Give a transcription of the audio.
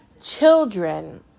children